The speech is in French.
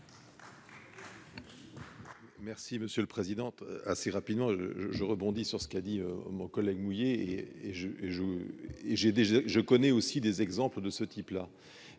Merci monsieur le président, assez rapidement, je rebondis sur ce qu'a dit mon collègue mouillé et je et je, et j'ai déjà je connais aussi des exemples de ce type-là,